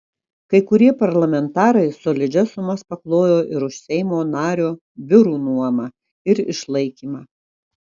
kai kurie parlamentarai solidžias sumas paklojo ir už seimo nario biurų nuomą ir išlaikymą